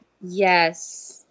Yes